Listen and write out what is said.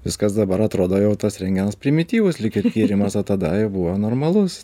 viskas dabar atrodo jau tas rentgenas primityvus lyg ir tyrimas o tada buvo normalus